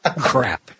Crap